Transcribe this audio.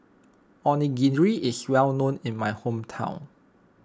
Onigiri is well known in my hometown